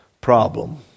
problem